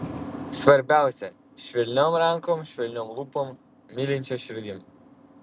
svarbiausia švelniom rankom švelniom lūpom mylinčia širdim